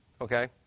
Okay